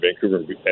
vancouver